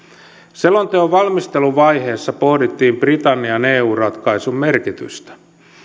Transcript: selonteon valmisteluvaiheessa pohdittiin britannian eu ratkaisun merkitystä